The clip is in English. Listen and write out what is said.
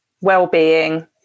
well-being